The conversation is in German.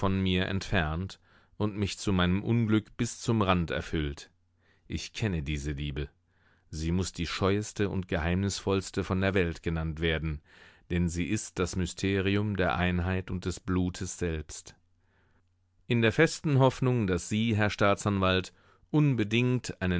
mir entfernt und mich zu meinem unglück bis zum rand erfüllt ich kenne diese liebe sie muß die scheueste und geheimnisvollste von der welt genannt werden denn sie ist das mysterium der einheit und des blutes selbst in der festen hoffnung daß sie herr staatsanwalt unbedingt